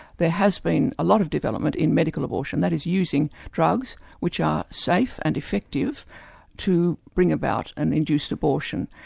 there has been a lot of development in medical abortion, that is, using drugs which are safe and effective to bring about an induced abortion.